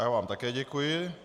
Já vám také děkuji.